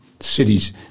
cities